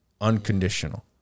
unconditional